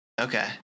Okay